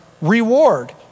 reward